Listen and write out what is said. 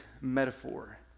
metaphor